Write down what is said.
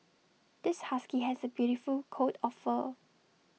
this husky has A beautiful coat of fur